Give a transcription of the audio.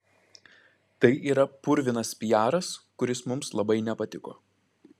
tai yra purvinas piaras kuris mums labai nepatiko